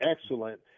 excellent